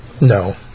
No